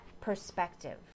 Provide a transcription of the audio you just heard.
perspective